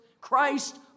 Christ